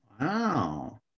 Wow